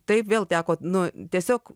taip vėl teko nu tiesiog